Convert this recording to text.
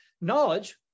Knowledge